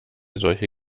solche